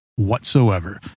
whatsoever